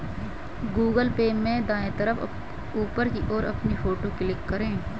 Google Pay में दाएं तरफ ऊपर की ओर अपनी फोटो पर क्लिक करें